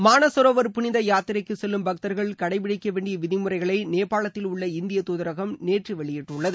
மானசரோவர் புனித யாத்திரைக்கு செல்லும் பக்தர்கள் கடைபிடிக்கவேண்டிய விதிமுறைகளை நேபாளத்தில் உள்ள இந்திய தூதரகம் நேற்று வெளியிட்டுள்ளது